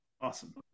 awesome